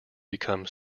become